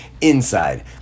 inside